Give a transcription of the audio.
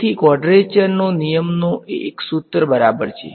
તેથી કવાડ્રેચરનો નિયમનો એ એક સૂત્ર બરાબર છે